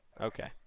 Okay